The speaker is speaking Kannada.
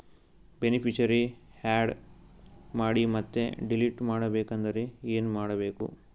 ಬೆನಿಫಿಶರೀ, ಆ್ಯಡ್ ಮಾಡಿ ಮತ್ತೆ ಡಿಲೀಟ್ ಮಾಡಬೇಕೆಂದರೆ ಏನ್ ಮಾಡಬೇಕು?